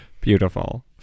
Beautiful